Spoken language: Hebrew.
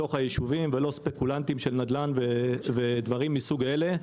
בתוך היישובים ולא ספקולנטים של נדל"ן ודברים מסוג זה.